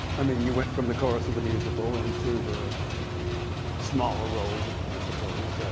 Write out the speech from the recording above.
i mean you went from the chorus of the musical into the smaller roles in the musicals.